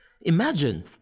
Imagine